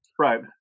Right